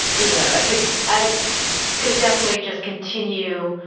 and you know, i could i've could definitely just continue